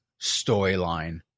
storyline